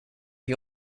you